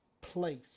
place